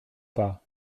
pas